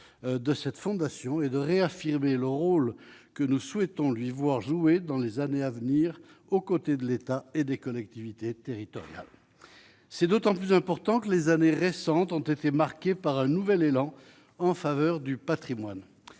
de cette fondation et de réaffirmer l'rôle que nous souhaitons lui voir jouer dans les années à venir, aux côtés de l'État et des collectivités territoriales, c'est d'autant plus important que les années récentes ont été marquées par un nouvel élan en faveur du Patrimoine